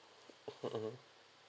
mmhmm